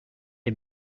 est